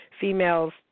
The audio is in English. female's